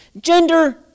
Gender